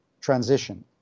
transition